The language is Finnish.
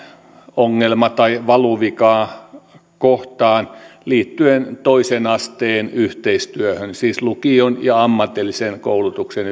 ongelma tai valuvikakohtaan liittyen toisen asteen yhteistyöhön siis lukion ja ammatillisen koulutuksen